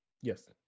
Yes